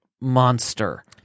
monster